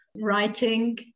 writing